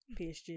PSG